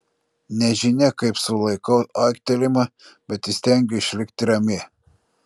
nežinia kaip sulaikau aiktelėjimą bet įstengiu išlikti rami